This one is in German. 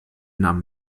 namen